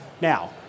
Now